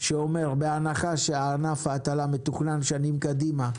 שאומר בהנחה שענף ההטלה מתוכנן שנים קדימה,